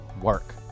work